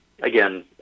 again